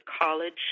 college